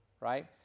right